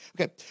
Okay